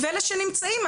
ואלה שנמצאים,